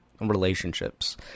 relationships